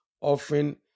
often